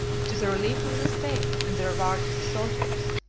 to the relief of the state and the reward of the soldiers.